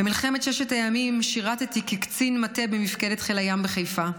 במלחמת ששת הימים שירתי כקצין מטה במפקדת חיל הים בחיפה.